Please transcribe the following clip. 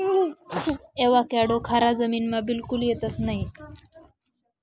avocado खारा जमीनमा बिलकुल येतंस नयी